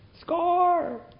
Score